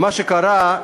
למעשה,